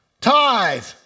tithe